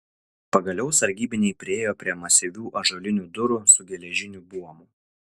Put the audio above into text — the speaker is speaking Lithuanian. pagaliau sargybiniai priėjo prie masyvių ąžuolinių durų su geležiniu buomu